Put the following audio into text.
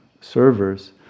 servers